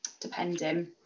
depending